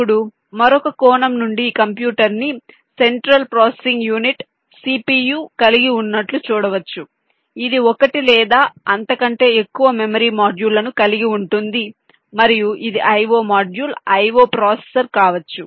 ఇప్పుడు మరొక కోణం నుండి ఈ కంప్యూటర్ను సెంట్రల్ ప్రాసెసింగ్ యూనిట్ సిపియు కలిగి ఉన్నట్లు చూడవచ్చు ఇది ఒకటి లేదా అంతకంటే ఎక్కువ మెమరీ మాడ్యూళ్ళను కలిగి ఉంటుంది మరియు ఇది I O module I O processor కావచ్చు